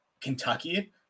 Kentucky